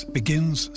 begins